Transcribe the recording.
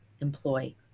employ